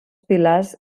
pilars